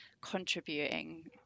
contributing